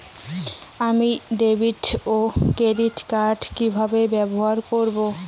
আমি ডেভিড ও ক্রেডিট কার্ড কি কিভাবে ব্যবহার করব?